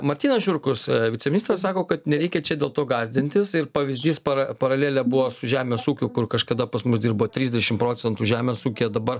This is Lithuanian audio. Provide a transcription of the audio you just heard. martynas šiurkus viceministras sako kad nereikia čia dėl to gąsdintis ir pavyzdys para paralelė buvo su žemės ūkiu kur kažkada pas mus dirbo trisdešim procentų žemės ūkyje dabar